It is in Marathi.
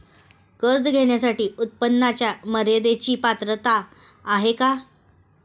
कर्ज घेण्यासाठी उत्पन्नाच्या मर्यदेची पात्रता आहे का?